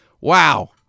Wow